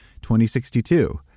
2062